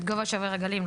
את גובה שובר הגלים.